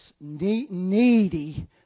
needy